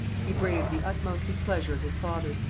he braved the utmost displeasure of his father,